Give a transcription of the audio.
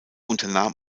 unternahm